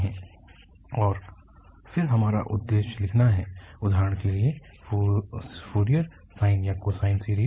है और फिर हमारा उद्देश्य लिखना है उदाहरण के लिए फोरियर साइन या कोसाइन सीरीज़